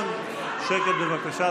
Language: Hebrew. שקט, בבקשה.